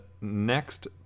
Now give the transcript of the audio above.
next